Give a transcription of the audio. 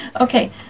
okay